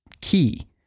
key